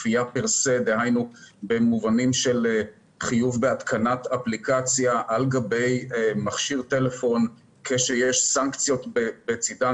דהיינו בחיוב של התקנת אפליקציה על גבי מכשיר טלפון עם סנקציות לצד זה,